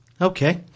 Okay